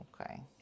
Okay